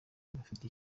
bafite